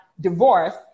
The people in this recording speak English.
divorce